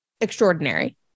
extraordinary